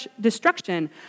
destruction